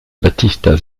battista